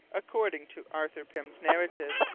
according to arthur pym's narrative,